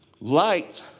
Light